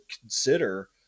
consider